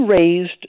raised